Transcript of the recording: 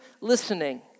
listening